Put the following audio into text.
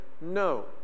no